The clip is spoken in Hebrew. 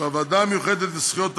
בוועדה המיוחדת לזכויות הילד,